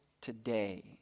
today